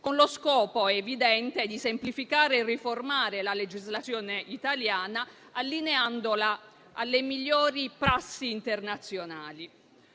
con lo scopo evidente di semplificare e riformare la legislazione italiana, allineandola alle migliori prassi internazionali.